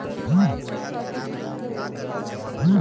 NEFT कौन होएल?